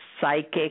psychic